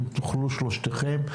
אם תוכלו שלושתכם,